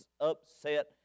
upset